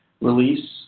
release